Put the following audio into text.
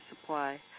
supply